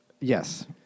Yes